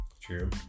True